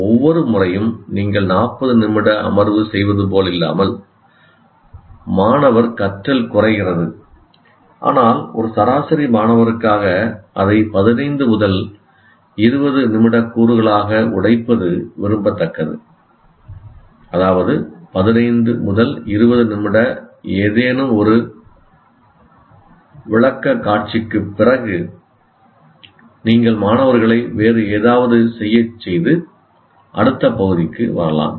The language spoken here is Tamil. ஒவ்வொரு முறையும் நீங்கள் 40 நிமிட அமர்வு செய்வது போல் இல்லாமல் மாணவர் கற்றல் குறைகிறது ஆனால் ஒரு சராசரி மாணவருக்காக அதை 15 முதல் 20 நிமிட கூறுகளாக உடைப்பது விரும்பத்தக்கது அதாவது 15 20 நிமிட ஏதேனும் ஒரு விளக்கக்காட்சிக்குப் பிறகு நீங்கள் மாணவர்களை வேறு ஏதாவது செய்யச் செய்து அடுத்த பகுதிக்கு வரலாம்